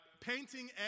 painting